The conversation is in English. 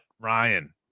Ryan